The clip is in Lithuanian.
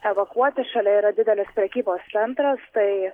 evakuoti šalia yra didelis prekybos centras tai